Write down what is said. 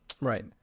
Right